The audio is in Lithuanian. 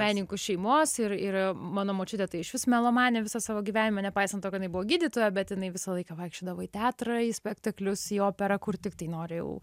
menininkų šeimos ir yra mano močiutė tai išvis melomanė visą savo gyvenimą nepaisant to kad jinai buvo gydytoja bet jinai visą laiką vaikščiodavo į teatrą į spektaklius į operą kur tiktai nori jau